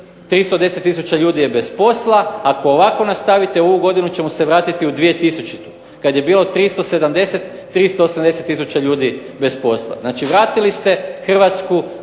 tisuća ljudi je bez posla, ako ovako nastavite ovu godinu ćemo se vratiti u 2000. kada je bilo 370, 380 tisuća ljudi bez posla. Znači vratili ste Hrvatsku